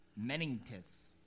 meningitis